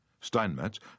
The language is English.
Steinmetz